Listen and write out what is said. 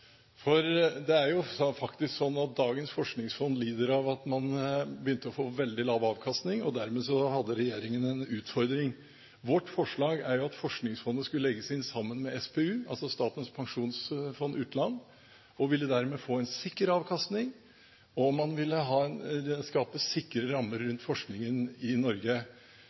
lider av at man har begynt å få veldig lav avkastning, og dermed har regjeringen en utfordring. Vårt forslag er at Forskningsfondet legges inn sammen med SPU, altså Statens pensjonsfond utland, og dermed ville fått en sikker avkastning, og man ville skape sikre rammer rundt forskningen i Norge.